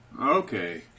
Okay